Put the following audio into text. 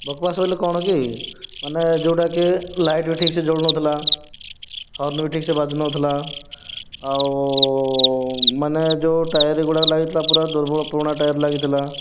ବକବାସ୍ ବୋଇଲେ କ'ଣ କି ମାନେ ଯେଉଁଟାକି ଲାଇଟ ବି ଠିକସେ ଜଳୁନଥିଲା ହର୍ଣ୍ଣ ବି ଠିକସେ ବାଜୁନଥିଲା ଆଉ ମାନେ ଯେଉଁ ଟାୟାର ଇଏ ଗୁଡ଼ା ଲାଗିଥିଲା ପୁରା ଦୁର୍ବଳ ପୁରୁଣା ଟାୟାର ଲାଗିଥିଲା